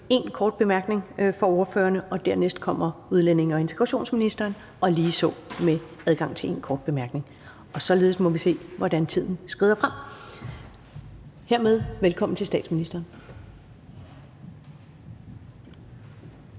én kort bemærkning for ordførerne, og derefter kommer udlændinge- og integrationsministeren og ligeså med adgang til én kort bemærkning. Således må vi se, hvordan tiden skrider frem. Hermed velkommen til statsministeren.